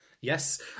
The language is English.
yes